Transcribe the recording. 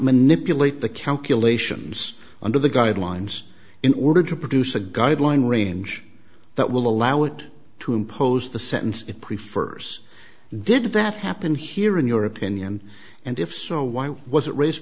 manipulate the calculations under the guidelines in order to produce a guideline range that will allow it to impose the sentence it prefers did that happen here in your opinion and if so why was it race